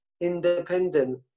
independent